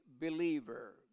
believer